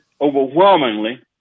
overwhelmingly